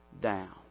down